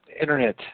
internet